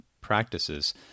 practices